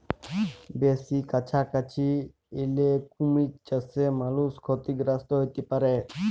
বেসি কাছাকাছি এলে কুমির চাসে মালুষ ক্ষতিগ্রস্ত হ্যতে পারে